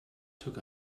took